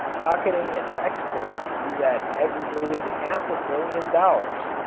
pocketing an export duty that aggregated half a billion dollars,